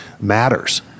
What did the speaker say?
matters